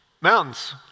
Mountains